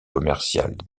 commerciale